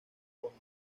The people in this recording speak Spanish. bowie